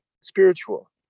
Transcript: spiritual